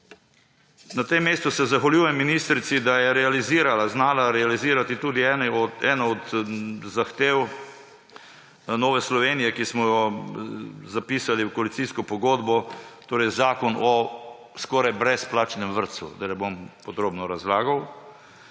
Na tem mestu se zahvaljujem ministrici, da je realizirala, znala realizirati tudi eno od zahtev Nove Slovenije, ki smo jo zapisali v koalicijsko pogodbo, torej zakon o skoraj brezplačnem vrtcu, da ne bom podrobno razlagal,